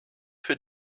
für